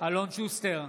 אלון שוסטר,